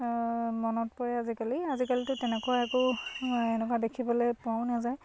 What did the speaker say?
মনত পৰে আজিকালি আজিকালিতো তেনেকুৱা একো এনেকুৱা দেখিবলৈ পোৱাও নাযায়